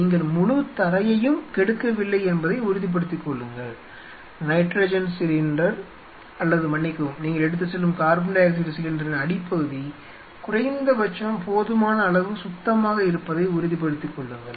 நீங்கள் முழு தரையையும் கெடுக்கவில்லை என்பதை உறுதிப்படுத்திக் கொள்ளுங்கள் நைட்ரஜன் சிலிண்டர் அல்லது மன்னிக்கவும் நீங்கள் எடுத்துச் செல்லும் கார்பன் டை ஆக்சைடு சிலிண்டரின் அடிப்பகுதி குறைந்தபட்சம் போதுமான அளவு சுத்தமாக இருப்பதை உறுதிப்படுத்திக் கொள்ளுங்கள்